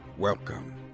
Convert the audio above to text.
Welcome